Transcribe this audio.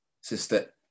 Sister